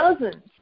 dozens